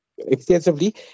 extensively